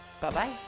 Bye-bye